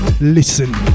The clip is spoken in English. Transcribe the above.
Listen